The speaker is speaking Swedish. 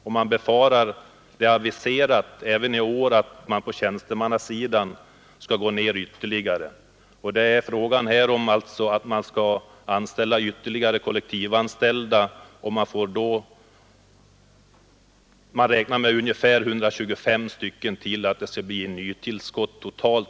I år har det aviserats ytterligare minskning av antalet tjänstemän. Man räknar nu med ett nytillskott på ytterligare 125 stycken kollektivanställda.